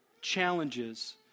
challenges